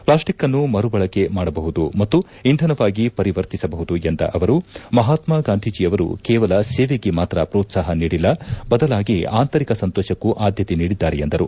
plastic ಅನ್ನು ಮರುಬಳಕೆ ಮಾಡಬಹುದು ಮತ್ತು ಇಂಧನವಾಗಿ ಪರಿವರ್ತಿಸಬಹುದು ಎಂದ ಅವರು ಮಹಾತ್ಮ ಗಾಂಧಿಯವರು ಕೇವಲ ಸೇವೆಗೆ ಮಾತ್ರ ಪ್ರೋತ್ಸಾಹ ನೀಡಿಲ್ಲ ಬದಲಾಗಿ ಆಂತರಿಕ ಸಂತೋಷಕ್ಕೂ ಆದ್ಯತೆ ನೀಡಿದ್ದಾರೆ ಎಂದರು